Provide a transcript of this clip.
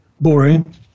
boring